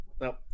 No